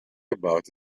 about